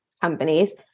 companies